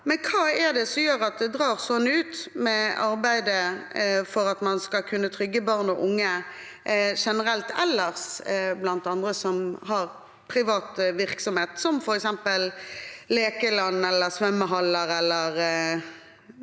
Hva er det som gjør at det drar sånn ut med arbeidet for at man skal kunne trygge barn og unge generelt ellers, i private virksomheter som f.eks. lekeland, svømmehaller eller